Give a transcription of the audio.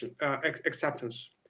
acceptance